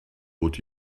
would